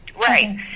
Right